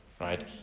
Right